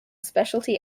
specialty